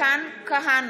נוכחת מתן כהנא,